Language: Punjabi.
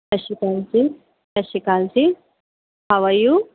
ਸਤਿ ਸ਼੍ਰੀ ਅਕਾਲ ਜੀ ਸਤਿ ਸ਼੍ਰੀ ਅਕਾਲ ਜੀ ਹਾਵ ਆਰ ਯੂ